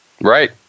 Right